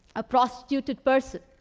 a prostituted person.